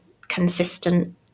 consistent